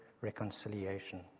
reconciliation